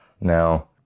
Now